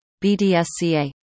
BDSCA